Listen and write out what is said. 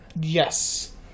Yes